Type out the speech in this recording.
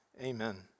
Amen